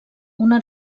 una